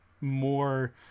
more